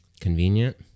convenient